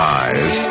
eyes